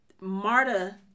Marta